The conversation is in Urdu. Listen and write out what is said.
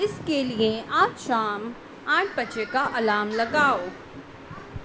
اس کے لیے آج شام آٹھ بجے کا الارم لگاؤ